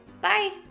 Bye